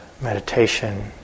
meditation